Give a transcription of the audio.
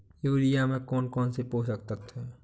Urea में कौन कौन से पोषक तत्व है?